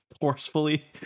forcefully